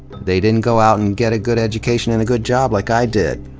they didn't go out and get a good education and a good job like i did!